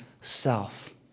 self